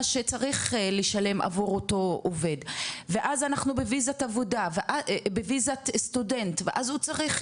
שצריך לשלם עבור אותו עובד ואז אנחנו בוויזת סטודנט ואז הוא צריך